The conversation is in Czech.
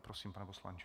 Prosím, pane poslanče.